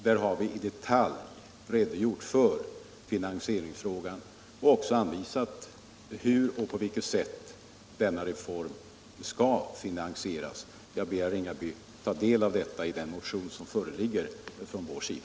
Vi har i detalj redogjort för reformen och också angett hur denna reform skall finansieras. Jag ber herr Ringaby att ta del av det i den motion som föreligger från vår sida.